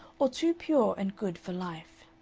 or too pure and good for life.